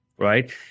Right